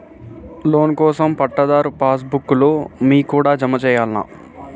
Loan కోసం పట్టాదారు pass book లు మీ కాడా జమ చేయల్నా?